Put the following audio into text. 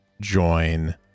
join